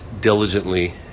diligently